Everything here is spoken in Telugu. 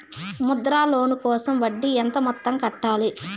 ముద్ర లోను కోసం వడ్డీ ఎంత మొత్తం కట్టాలి